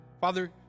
Father